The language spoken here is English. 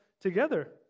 together